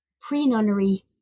pre-nunnery